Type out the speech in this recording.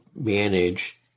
manage